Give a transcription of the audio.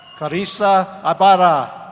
clarissa ibarra.